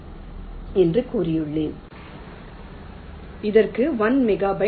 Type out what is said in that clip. Let us take that same example but now we are labeling with 0 0 1 1